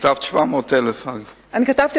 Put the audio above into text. כתבת 700,000. כתבתי,